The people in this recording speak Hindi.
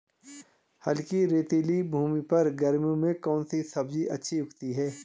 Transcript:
हल्की रेतीली भूमि पर गर्मियों में कौन सी सब्जी अच्छी उगती है?